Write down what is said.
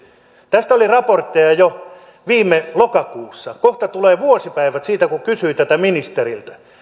tästä oli raportteja jo viime lokakuussa kohta tulee vuosipäivät siitä kun kysyin tätä ministeriltä